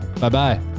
Bye-bye